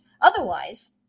Otherwise